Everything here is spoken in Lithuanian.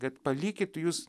kad palikit jūs